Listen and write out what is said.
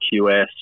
QS